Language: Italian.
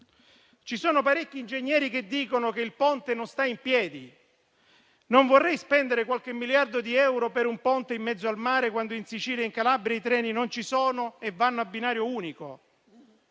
ci sono parecchi ingegneri che dicono che il Ponte non sta in piedi; non vorrei spendere qualche miliardo di euro per un ponte in mezzo al mare quando in Sicilia e in Calabria i treni non ci sono e vanno a binario unico;